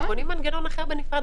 אנחנו בונים מנגנון אחר בנפרד,